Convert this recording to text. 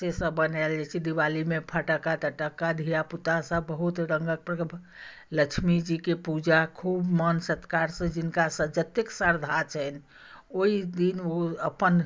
सेसभ बनाएल जाइत छै दिवालीमे फटक्का तटक्का धिया पुतासभ बहुत रङ्गक लक्ष्मी जीके पूजा खूब मन सत्कारसँ जिनका से जतेक श्रद्धा छनि ओहि दिन ओ अपन